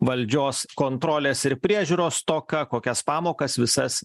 valdžios kontrolės ir priežiūros stoka kokias pamokas visas